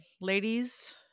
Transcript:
ladies